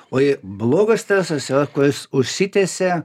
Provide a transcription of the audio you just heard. o jei blogas stresas yra kuris užsitęsė